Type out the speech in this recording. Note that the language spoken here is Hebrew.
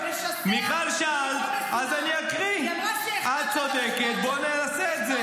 למה סתם אתה עושה את זה?